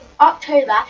October